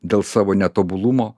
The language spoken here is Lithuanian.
dėl savo netobulumo